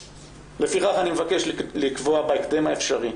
לפיכך אני מבקש לקבוע בהקדם האפשרי